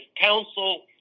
counsel